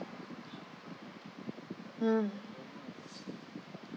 hmm